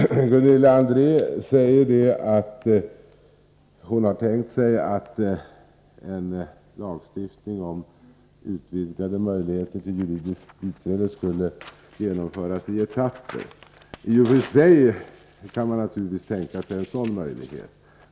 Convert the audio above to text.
Herr talman! Gunilla André säger att hon tänkt sig att en lagstiftning om utvidgade möjligheter till juridiskt biträde skall kunna genomföras i etapper. I och för sig kan man naturligtvis tänka sig ett sådant förfarande.